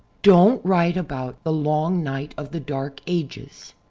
don't write about the long night of the dark ages.